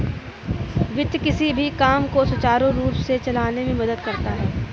वित्त किसी भी काम को सुचारू रूप से चलाने में मदद करता है